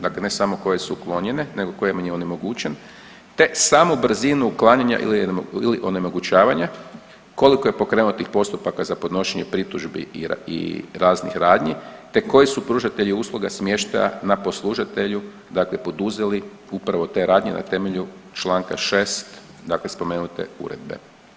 Dakle, ne samo koje su uklonjene nego kojima je onemogućen te samu brzinu uklanjanja ili onemogućavanja, koliko je pokrenuto postupaka za podnošenje pritužbi i raznih radnji te koji su pružatelji usluga smještaja na poslužatelju dakle poduzeli upravo te radnje na temelju Članka 6. dakle spomenute uredbe.